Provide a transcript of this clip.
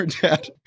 Dad